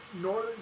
northern